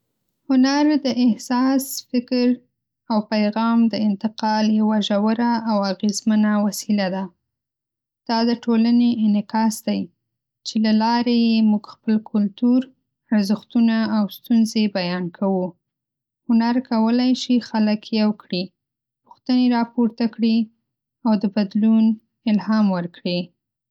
هنر د احساس، فکر او پیغام د انتقال یوه ژوره او اغېزمنه وسیله ده. دا د ټولنې انعکاس دی، چې له لارې یې موږ خپل کلتور، ارزښتونه او ستونزې بیان کوو. هنر کولی شي خلک یو کړي، پوښتنې راپورته کړي او د بدلون الهام ورکړي.